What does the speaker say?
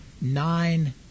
nine